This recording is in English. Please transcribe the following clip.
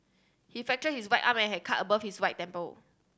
he fractured his right arm and has a cut above his right temple